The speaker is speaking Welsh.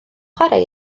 chwarae